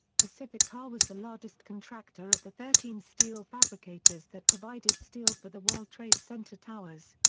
pacific car was the largest contractor of the thirteen steel fabricators that provided steel for the world trade center towers.